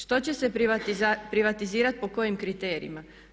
Što će se privatizirati po kojim kriterijima?